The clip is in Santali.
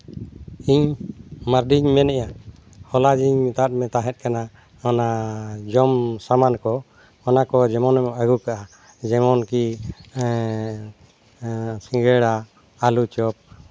ᱤᱧ ᱢᱟᱨᱰᱤᱧ ᱢᱮᱱᱮᱫᱼᱟ ᱦᱚᱞᱟ ᱤᱧ ᱢᱮᱛᱟᱫ ᱢᱮ ᱛᱟᱦᱮᱸᱫ ᱠᱟᱱᱟ ᱚᱱᱟ ᱡᱚᱢ ᱥᱟᱢᱟᱱ ᱠᱚ ᱚᱱᱟ ᱠᱚ ᱡᱮᱢᱚᱱᱮᱢ ᱟᱹᱜᱩ ᱠᱟᱜᱼᱟ ᱡᱮᱢᱚᱱ ᱠᱤ ᱥᱤᱸᱜᱟᱹᱲᱟ ᱟᱹᱞᱩ ᱪᱚᱯ